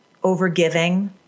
overgiving